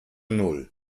null